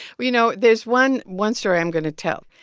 well, you know, there's one one story i'm going to tell.